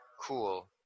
cool